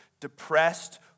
depressed